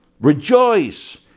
Rejoice